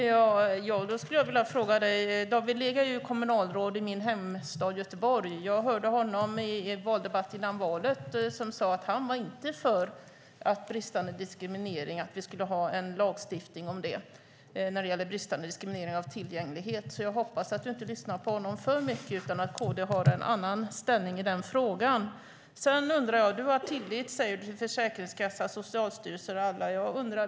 Herr talman! Då skulle jag vilja ställa en fråga till dig, Roland Utbult. David Lega är kommunalråd i min hemstad Göteborg. Jag hörde honom i en debatt före valet. Då sade han att han inte var för att vi skulle ha en lagstiftning om diskriminering när det gäller bristande tillgänglighet. Jag hoppas därför att du inte lyssnar för mycket på honom utan att KD har en annan inställning i den frågan. Du säger att du har tillit till Försäkringskassan, Socialstyrelsen och andra.